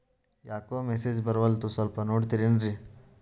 ಯಾಕೊ ಮೆಸೇಜ್ ಬರ್ವಲ್ತು ಸ್ವಲ್ಪ ನೋಡ್ತಿರೇನ್ರಿ?